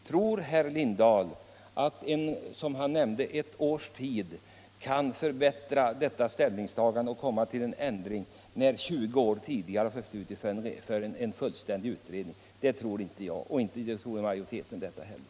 Tror herr Lindahl i Lidingö att det på något år går att få fram ett underlag för en bättre bedömning av frågan än vad en grundlig utredning, som pågått under 20 år, presterat. Det tror inte jag och inte utskottsmajoriteten heller.